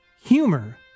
Humor